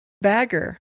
bagger